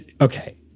Okay